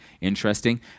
interesting